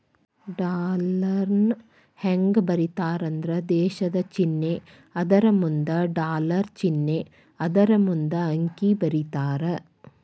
ಡಾಲರ್ನ ಹೆಂಗ ಬರೇತಾರಂದ್ರ ದೇಶದ್ ಚಿನ್ನೆ ಅದರಮುಂದ ಡಾಲರ್ ಚಿನ್ನೆ ಅದರಮುಂದ ಅಂಕಿ ಬರೇತಾರ